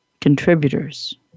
contributors